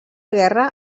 guerra